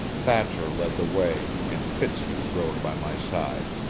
thatcher led the way, and fitzhugh rode by my side.